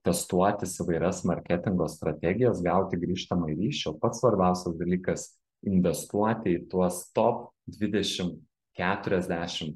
testuotis įvairias marketingo strategijas gauti grįžtamąjį ryšį o pats svarbiausias dalykas investuoti į tuos top dvidešim keturiasdešim